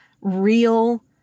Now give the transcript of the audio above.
real